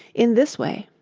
in this way